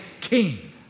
king